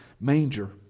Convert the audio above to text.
manger